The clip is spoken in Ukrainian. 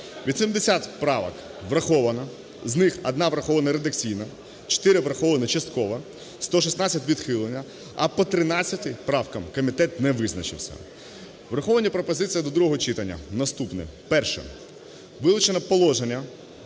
80 правок враховано, з них 1 – враховано редакційно, 4 – враховано частково, 116 – відхилено, а по 13 правкам комітет не визначився. Враховані пропозиції до другого читання наступні. Перше. Вилучено положення